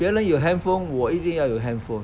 别人有 handphone 我一定要有 handphone